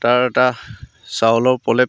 তাৰ এটা চাউলৰ প্ৰলেপ